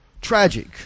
Tragic